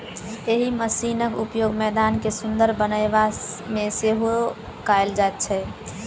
एहि मशीनक उपयोग मैदान के सुंदर बनयबा मे सेहो कयल जाइत छै